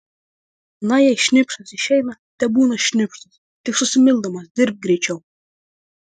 na jei šnipštas išeina tebūna šnipštas tik susimildamas dirbk greičiau